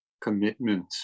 commitment